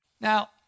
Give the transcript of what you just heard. Now